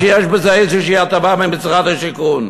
שיש בזה איזושהי הטבה ממשרד השיכון,